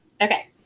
Okay